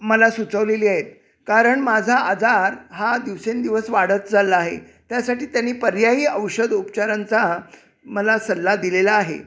मला सुचवलेली आहेत कारण माझा आजार हा दिवसेंदिवस वाढत चालला आहे त्यासाठी त्यांनी पर्यायी औषध उपचारांचा मला सल्ला दिलेला आहे